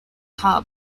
hub